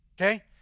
Okay